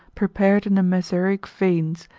prepared in the mesaraic veins,